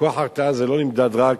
כוח ההרתעה לא נמדד רק